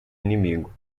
inimigo